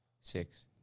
Six